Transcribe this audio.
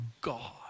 God